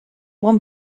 one